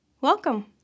welcome